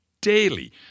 daily